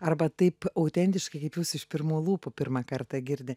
arba taip autentiškai kaip jūs iš pirmų lūpų pirmą kartą girdi